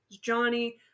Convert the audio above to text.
Johnny